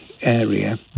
area